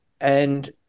And-